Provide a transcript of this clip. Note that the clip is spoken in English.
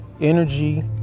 energy